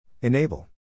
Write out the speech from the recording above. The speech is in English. Enable